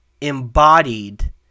embodied